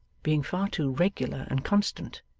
being far too regular and constant.